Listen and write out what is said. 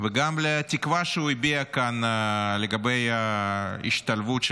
וגם לתקווה שהוא הביע כאן לגבי ההשתלבות של